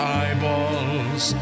eyeballs